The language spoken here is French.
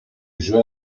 juin